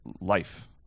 life